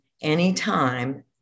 anytime